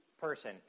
person